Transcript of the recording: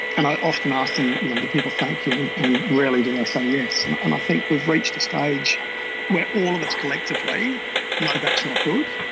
and i often ask them, you know do people thank you? and rarely do they say yes. and and i think we've reached a stage where all of us collectively know that's not good,